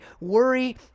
worry